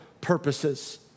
purposes